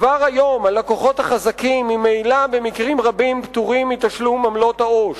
כבר היום הלקוחות החזקים ממילא במקרים רבים פטורים מתשלום עמלות העו"ש.